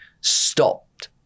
stopped